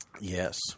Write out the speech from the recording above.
Yes